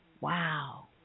wow